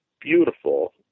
beautiful